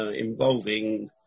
involving